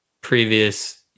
previous